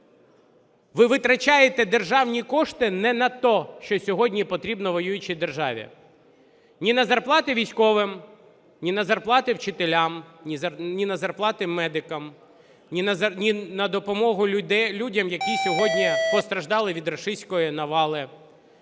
Ви витрачаєте державні кошти не на те, що сьогодні потрібно воюючій державі: ні на зарплати військовим, ні на зарплати вчителям, ні на зарплати медикам, ні на допомогу людям, які сьогодні постраждали від рашистської навали,